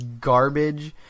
garbage